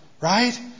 Right